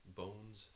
bones